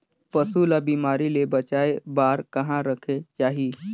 पशु ला बिमारी ले बचाय बार कहा रखे चाही?